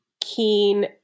keen